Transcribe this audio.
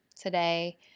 today